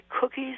cookies